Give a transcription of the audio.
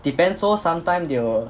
depends lor sometime they will